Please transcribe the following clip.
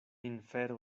infero